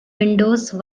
windows